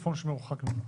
התקשורת.